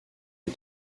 les